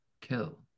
kill